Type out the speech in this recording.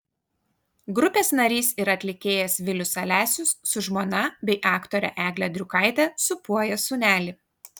grupės narys ir atlikėjas vilius alesius su žmona bei aktore egle driukaite sūpuoja sūnelį